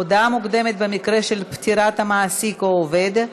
הודעה מוקדמת במקרה של פטירת המעסיק או העובד),